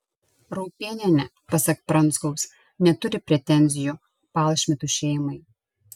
raupėnienė pasak pranskaus neturi pretenzijų palšmitų šeimai